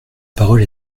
parole